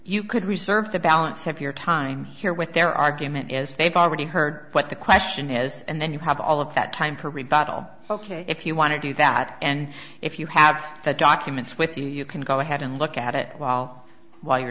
you could reserve the balance of your time here with their argument as they've already heard what the question has and then you have all of that time for rebuttal ok if you want to do that and if you have the documents with you you can go ahead and look at it while while you're